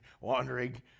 Wandering